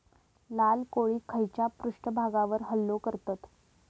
लाल कोळी खैच्या पृष्ठभागावर हल्लो करतत?